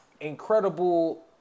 Incredible